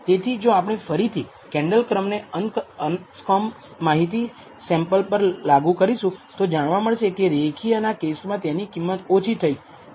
તેથી જો આપણે ફરીથી કેન્ડલ ક્રમને અનસકોમ્બ માહિતી સેમ્પલ પર લાગુ કરીશું તો જાણવા મળશે કે રેખીયના કેસમાં તેની કિંમત ઓછી થઈ છે